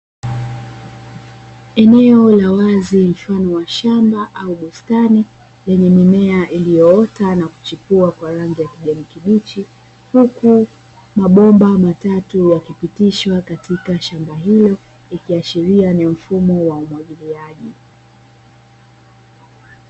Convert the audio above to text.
Eneo la wazi mfano wa shamba au bustani, lenye mimea iliyoota na kuchipua lenye rangi ya kijani kibichi. Huku mabomba matatu yakipitishwa katika shamba hili, ikiashiria ni mfumo wa umwagiliaji.